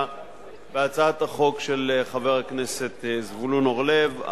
בהצעת החוק של חבר הכנסת זבולון אורלב,